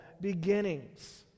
beginnings